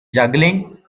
juggling